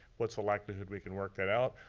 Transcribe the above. what's the likelihood we can work that out.